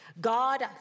God